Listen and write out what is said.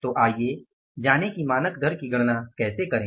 तो आइए जानें कि मानक दर की गणना कैसे करें